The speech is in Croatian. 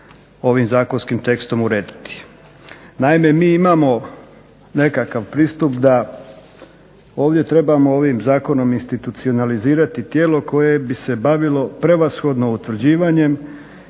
ovim zakonskim tekstom urediti. Naime, mi imamo nekakav pristup da ovdje trebamo ovim zakonom institucionalizirati tijelo koje bi se bavilo prevashodno utvrđivanjem